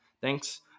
thanks